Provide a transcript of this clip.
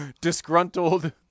Disgruntled